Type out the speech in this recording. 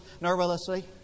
nervously